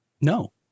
No